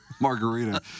Margarita